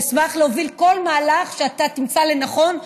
אשמח להוביל כל מהלך שאתה תמצא לנכון,